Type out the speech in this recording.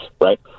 right